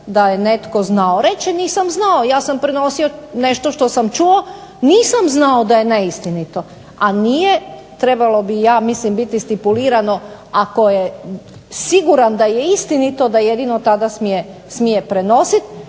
da je netko znao, reći će nisam znao, ja sam prenosio nešto što sam čuo, nisam znao da je neistinito, a nije, trebalo ja mislim biti stipulirano ako je siguran da je istinito da jedino tada smije prenositi